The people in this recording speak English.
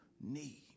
need